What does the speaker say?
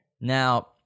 Now